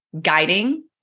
guiding